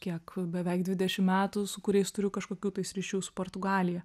kiek beveik dvidešim metų su kuriais turiu kažkokių tais ryšių su portugalija